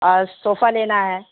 اور صوفہ لینا ہے